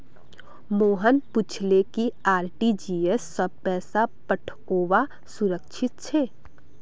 मोहन पूछले कि आर.टी.जी.एस स पैसा पठऔव्वा सुरक्षित छेक